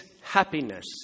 happiness